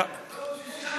זה הספיק להם?